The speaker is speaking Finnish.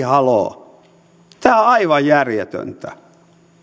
haloo tämä on aivan järjetöntä